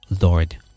lord